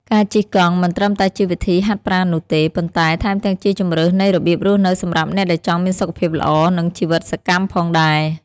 ការជិះកង់មិនត្រឹមតែជាវិធីហាត់ប្រាណនោះទេ ប៉ុន្តែថែមទាំងជាជម្រើសនៃរបៀបរស់នៅសម្រាប់អ្នកដែលចង់មានសុខភាពល្អ និងជីវិតសកម្មផងដែរ។